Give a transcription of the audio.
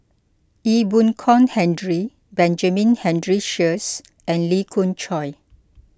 Ee Boon Kong Henry Benjamin Henry Sheares and Lee Khoon Choy